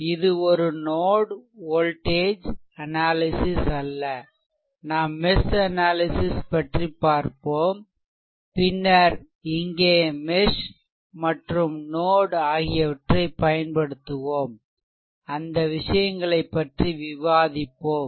இது ஒரு node voltage analysis அல்ல நாம் மெஷ் அனாலிசிஸ் பற்றி பார்ப்போம் பின்னர் இங்கே மெஷ் மேலும் நோட் ஆகியவற்றை பயன்படுத்துவோம் அந்த விஷயங்களைப் பற்றி விவாதிப்போம்